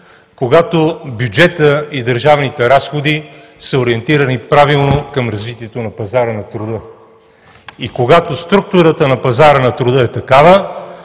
когато бюджетът и държавните разходи са ориентирани правилно към развитието на пазара на труда и когато структурата на пазара на труда е такава,